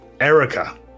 Erica